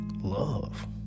Love